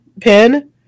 pin